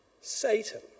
Satan